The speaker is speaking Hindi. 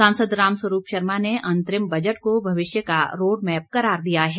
सांसद राम स्वरूप शर्मा ने अंतरिम बजट को भविष्य का रोड़ मैप करार दिया है